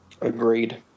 Agreed